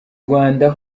rwanda